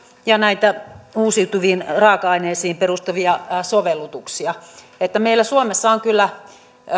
ja näitä uusiutuviin raaka aineisiin perustuvia sovellutuksia meillä suomessa on kyllä